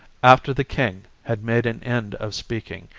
after the king had made an end of speaking,